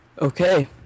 Okay